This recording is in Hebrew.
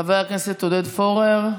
חבר הכנסת עודד פורר,